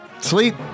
Sleep